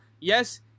yes